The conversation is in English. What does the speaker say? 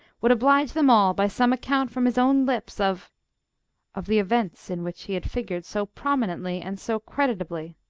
would oblige them all by some account from his own lips of of the events in which he had figured so prominently and so creditably.